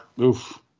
oof